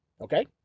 Okay